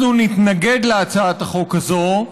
אנחנו נתנגד להצעת החוק הזאת,